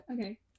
Okay